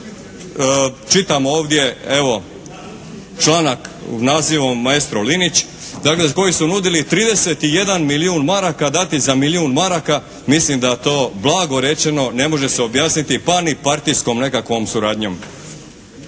čitam ovdje evo, članak pod nazivom "Maestro Linić" dakle koji su nudili 31 milijun maraka dati za milijun maraka, mislim da to blago rečeno ne može se objasniti pa ni partijskom nekakvom suradnjom.